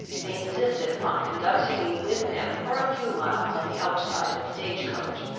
they insisted upon conducting me with them for a few miles on the outside of a stage-coach.